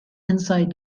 inside